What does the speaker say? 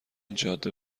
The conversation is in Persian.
جاده